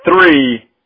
Three